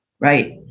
right